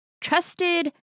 trusted